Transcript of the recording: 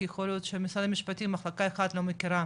כי יכול להיות שמשרד המשפטים מח' אחת לא מכירה